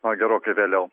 na gerokai vėliau